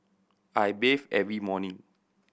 I bathe every morning